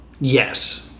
Yes